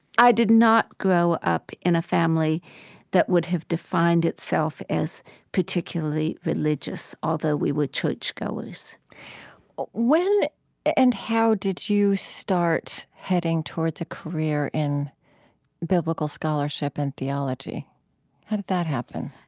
i did not grow up in a family that would have defined itself as particularly religious, although we were churchgoers when and how did you start heading towards a career in biblical scholarship and theology? how'd that happen?